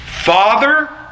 Father